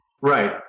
Right